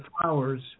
flowers